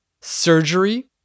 surgery